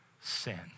sin